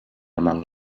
among